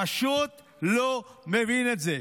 פשוט לא מבין את זה.